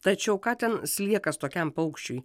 tačiau ką ten sliekas tokiam paukščiui